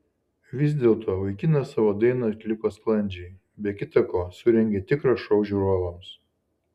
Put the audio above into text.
vis dėlto vaikinas savo dainą atliko sklandžiai be kita ko surengė tikrą šou žiūrovams